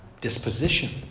disposition